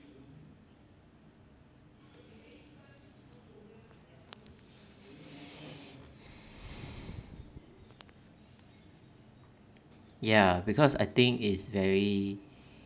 ya because I think it's very